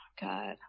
god